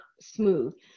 smooth